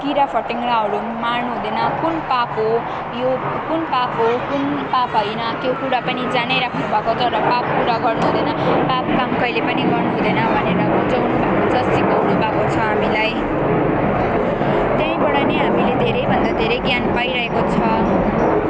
किरा फट्याङ्ग्राहरू मार्नु हुँदैन कुन पाप हो यो कुन पाप हो कुन पाप हैन त्यो कुरा पनि जनाइराख्नुभएको छ र पाप कुरा गर्नु हुँदैन पाप काम कहिल्यै पनि गर्नु हुँदैन भनेर बुझाउनु हुन्छ सिकाउनुभएको छ हामीलाई त्यहीबाट नै हामीले धेरैभन्दा धेरै ज्ञान पाइरहेको छ